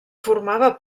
formava